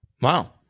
Wow